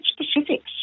specifics